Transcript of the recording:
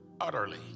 utterly